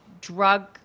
drug